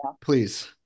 Please